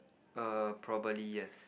err probably yes